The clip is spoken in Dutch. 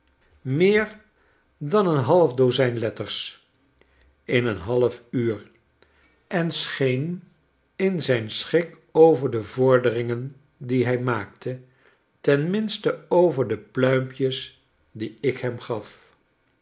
meer dan een half dozin letters in een half uur en scheen in zijn schik over de vorderingen die hij maakte ten minste over de pluimpjes die ik hem gaf